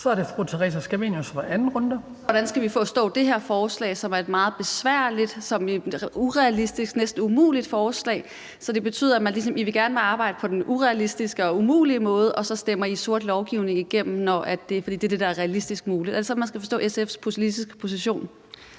den anden korte bemærkning. Kl. 15:33 Theresa Scavenius (UFG): Hvordan skal vi forstå det her forslag, som er et meget besværligt, urealistisk, næsten umuligt forslag? Så det betyder, at I gerne vil arbejde på den urealistiske, umulige måde, og så stemmer I sort lovgivning igennem, for det er det, der er realistisk muligt. Er det sådan, man skal forstå SF's politiske position?